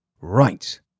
Right